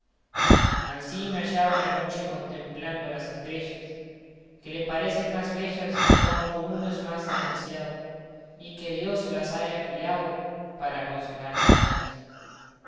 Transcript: ansí me hallaba una noche contemplando las estrellas que le parecen más bellas cuanto uno es más desgraciao y que dios las haiga criao para consolarse en ellas